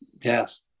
yes